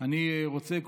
אני רוצה,